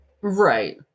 Right